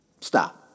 Stop